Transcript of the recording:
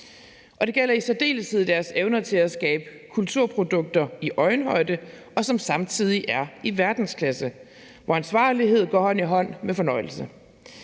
det gælder i særdeleshed deres evner til at skabe kulturprodukter i øjenhøjde, som samtidig er i verdensklasse, hvor ansvarlighed går hånd i hånd med fornøjelse.